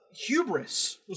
hubris